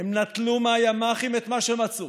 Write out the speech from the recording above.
הם נטלו מהימ"חים את מה שמצאו,